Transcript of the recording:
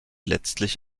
letztlich